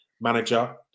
manager